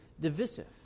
divisive